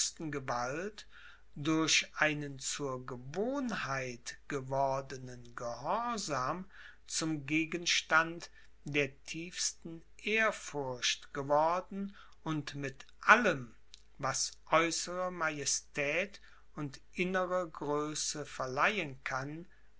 gewalt durch einen zur gewohnheit gewordenen gehorsam zum gegenstand der tiefsten ehrfurcht geworden und mit allem was äußere majestät und innere größe verleihen kann